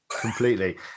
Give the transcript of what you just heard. Completely